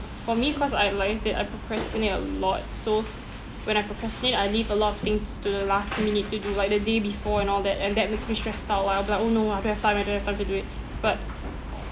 for me cause I like I said I procrastinate a lot so when I procrastinate I leave a lot of things to the last minute to do like the day before and all that and that makes me stressed out uh I'll be like oh no I don't have time I don't have time to do it but